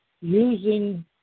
using